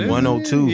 102